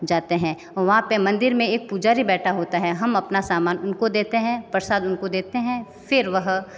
जाते हैं वहाँ पे मंदिर में एक पुजारी बैठा होता है हम अपना सामान उनको देते हैं प्रसाद उनको देते हैं फिर वह